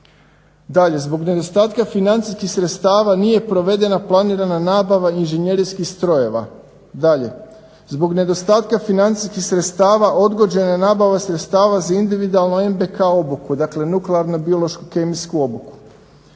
Dalje, zbog nedostatka financijskih sredstava nije provedena planirana nabava inženjerijskih strojeva. Dalje, zbog nedostatka financijskih sredstava odgođena je nabava sredstava za individualnu NBK obuku, dakle nuklearno-biološko-kemijsku obuku.